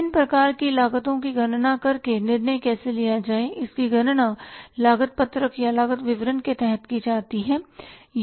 विभिन्न प्रकार की लागतों की गणना करके निर्णय कैसे लिया जाए इसकी गणना लागत पत्रक या लागत विवरण के तहत की जाती है